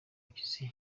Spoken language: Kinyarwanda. mpyisi